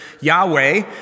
Yahweh